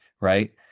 right